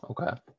Okay